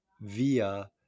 via